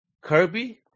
Kirby